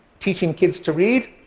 teaching kids to read?